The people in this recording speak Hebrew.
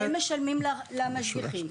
והם משלמים למשגיחים.